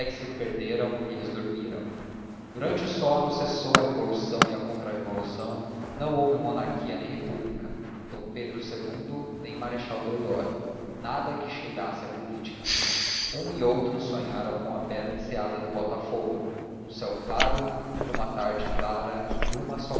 se perderam e eles dormiram durante o sono cessou a revolução e a contra revolução não houve monarquia nem república d pedro ii nem marechal deodoro nada que cheirasse a política um e outro sonharam com a bela enseada de botafogo um céu claro uma tarde clara e uma só